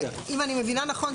אם אני מבינה נכון,